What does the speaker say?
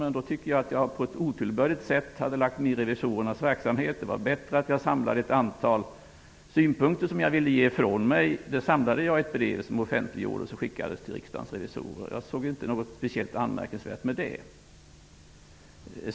Men då hade jag på ett otillbörligt sätt lagt mig i revisorernas verksamhet. Det var bättre att jag samlade ett antal synpunkter i ett brev som offentliggjordes och överskickades till Riksdagens revisorer. Jag såg inte något speciellt anmärkningsvärt med detta.